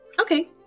okay